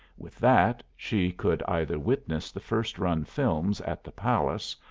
with that she could either witness the first-run films at the palace,